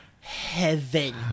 Heaven